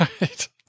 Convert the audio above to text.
right